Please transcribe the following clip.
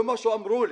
לא מה שאמרו לי.